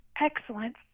excellent